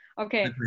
Okay